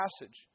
passage